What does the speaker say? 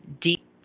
deep